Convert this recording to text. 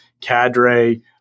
cadre